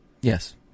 Yes